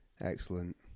excellent